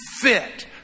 fit